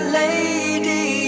lady